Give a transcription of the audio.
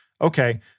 Okay